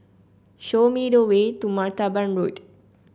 show me the way to Martaban Road